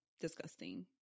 disgusting